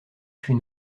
fut